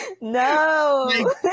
No